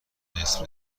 نصف